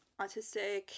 autistic